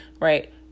right